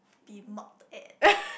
be mocked at